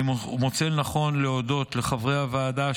אני מוצא לנכון להודות לחברי הוועדה,